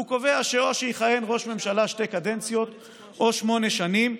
והוא קובע שראש ממשלה יכהן שתי קדנציות או שמונה שנים,